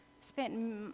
spent